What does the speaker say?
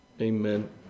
Amen